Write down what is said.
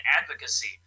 advocacy